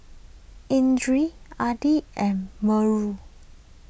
Idris Adi and Melur